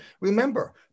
remember